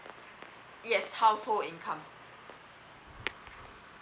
yes household income